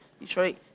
Detroit